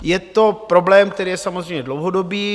Je to problém, který je samozřejmě dlouhodobý.